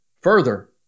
Further